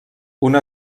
una